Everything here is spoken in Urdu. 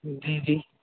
جی جی